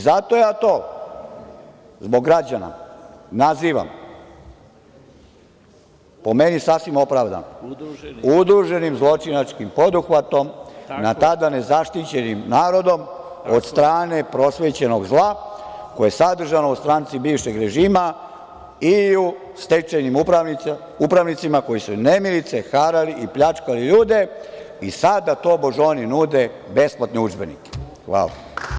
Zato ja to, zbog građana, nazivam, po meni sasvim opravdano, udruženim zločinačkim poduhvatom nad, tada, nezaštićenim narodom od strane prosvećenog zla, koje je sadržano u stranci bivšeg režima i u stečajnim upravnicima koji su nemilice harali i pljačkali ljude i sada, tobož, oni nude besplatne udžbenike.